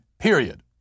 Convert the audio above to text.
period